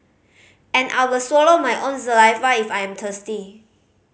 and I will swallow my own saliva if I am thirsty